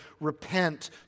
repent